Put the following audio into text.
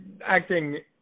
acting